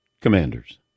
Commanders